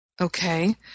okay